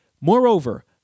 Moreover